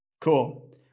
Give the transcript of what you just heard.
cool